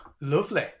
Lovely